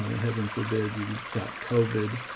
ah heaven forbid, you got covid,